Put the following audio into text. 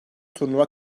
turnuva